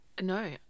No